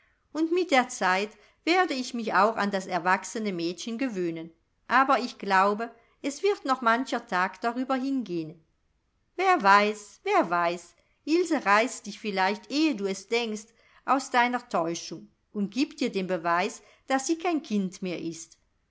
und mit der zeit werde ich mich auch an das erwachsene mädchen gewöhnen aber ich glaube es wird noch mancher tag darüber hingehn wer weiß wer weiß ilse reißt dich vielleicht ehe du es denkst aus deiner täuschung und giebt dir den beweis daß sie kein kind mehr ist